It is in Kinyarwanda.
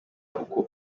uko